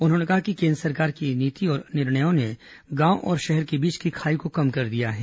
उन्होंने कहा कि केन्द्र सरकार की नीति और निर्णयों ने गांव और शहर के बीच की खाई को कम कर दिया है